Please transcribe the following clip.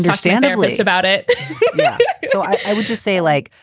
understand at least about it so i would just say, like,